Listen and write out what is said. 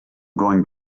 going